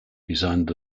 designed